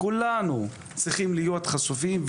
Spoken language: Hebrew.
כולנו צריכים להיות חשופים,